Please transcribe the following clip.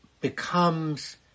becomes